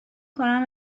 کنم